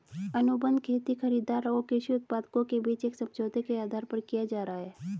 अनुबंध खेती खरीदार और कृषि उत्पादकों के बीच एक समझौते के आधार पर किया जा रहा है